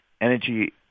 Energy